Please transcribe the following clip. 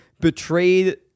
betrayed